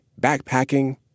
Backpacking